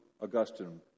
Augustine